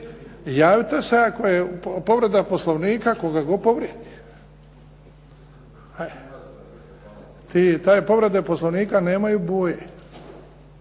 javite se ako je povreda Poslovnika tko ga god povrijedi. I te povrede Poslovnika nemaju boje